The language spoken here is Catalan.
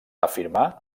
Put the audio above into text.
afirmar